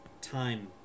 time